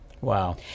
Wow